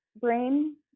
brain